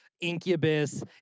incubus